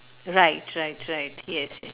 right right right yes ye~